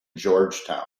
georgetown